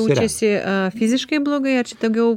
jaučiasi fiziškai blogai ar čia daugiau